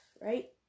right